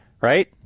right